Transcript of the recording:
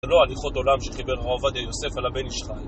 זה לא הליכות עולם שחיבר הרב עובדיה יוסף על הבן ישראל